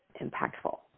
impactful